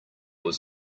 was